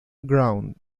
ground